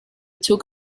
took